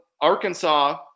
arkansas